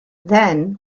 then